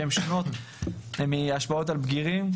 שהן שונות מההשפעות על בגירים.